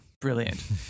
brilliant